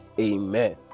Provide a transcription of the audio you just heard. amen